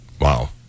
Wow